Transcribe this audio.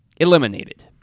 eliminated